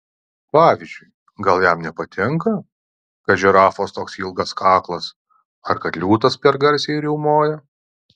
pavyzdžiui gal jam nepatinka kad žirafos toks ilgas kaklas ar kad liūtas per garsiai riaumoja